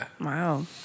Wow